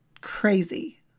crazy